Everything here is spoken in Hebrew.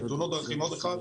אפשר.